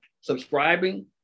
subscribing